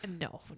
No